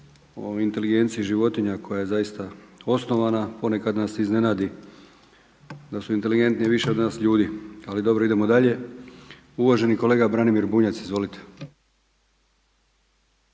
o inteligencija životinja koja je zaista osnovana, ponekad nas iznenadi da su inteligentni više od nas ljudi, ali dobro idemo dalje. Uvaženi kolega Branimir Bunjac, izvolite.